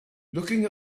looking